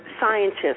scientists